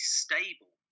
stable